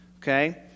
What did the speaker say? okay